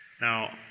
Now